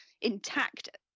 intact